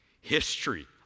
history